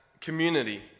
community